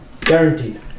Guaranteed